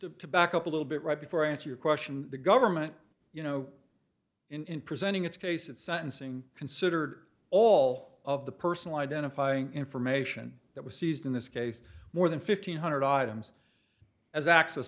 just to back up a little bit right before i answer your question the government you know in presenting its case at sentencing considered all of the personal identifying information that was seized in this case more than fifteen hundred items as access